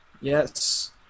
Yes